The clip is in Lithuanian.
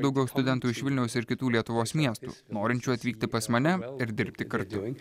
daugiau studentų iš vilniaus ir kitų lietuvos miestų norinčių atvykti pas mane ir dirbti kartu